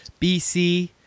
bc